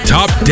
Top